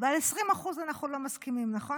ועל 20% אנחנו לא מסכימים, נכון?